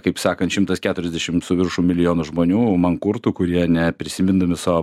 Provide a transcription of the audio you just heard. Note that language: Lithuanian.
kaip sakant šimtas keturiasdešim su viršum milijonų žmonių mankurtų kurie ne prisimindami savo